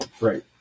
Right